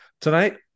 Tonight